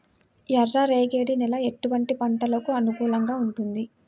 ఎర్ర రేగడి నేల ఎటువంటి పంటలకు అనుకూలంగా ఉంటుంది?